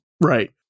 right